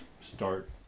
start